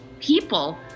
people